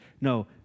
No